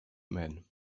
men